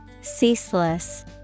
Ceaseless